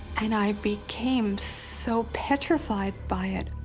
and i became so petrified by it.